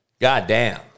Goddamn